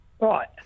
Right